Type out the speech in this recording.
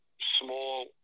small